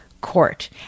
court